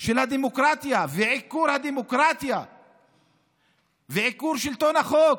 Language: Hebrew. של הדמוקרטיה ועיקור הדמוקרטיה ועיקור שלטון החוק